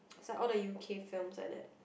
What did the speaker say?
it's like all the u_k films like that